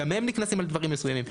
גם הם נקנסים על דברים מסוימים.